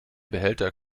behälter